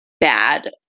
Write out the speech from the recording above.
bad